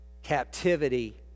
captivity